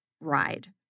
ride